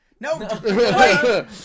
No